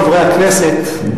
חברי הכנסת,